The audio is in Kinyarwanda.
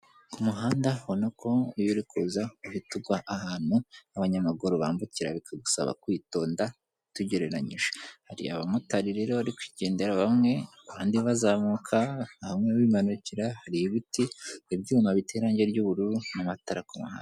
Ku umuhanda ubona ko iyo uri kuza uhita ugwa ahantu abanyamaguru bambukira bikagusaba kwitonda tugereranyije, hari abamotari rero barikwigendera bamwe, abandi bazamuka, bamwe bimanukira, hari ibiti, ibyuma biteye irangi ry'ubururu n'amatara ku mahanda.